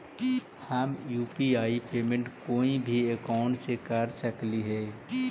हम UPI payment कोई भी अकाउंट से कर सकली हे?